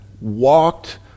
Walked